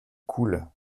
coule